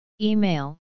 Email